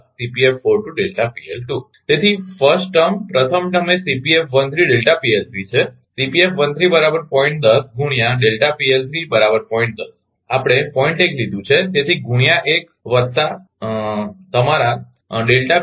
તેથી તેથી પ્રથમ ટર્મ એ છે ગુણ્યા આપણે 0